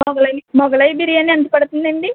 మొగలై మొగలై బిర్యాని ఎంత పడుతుందండి